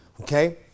Okay